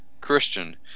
Christian